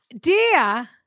Dear